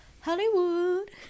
hollywood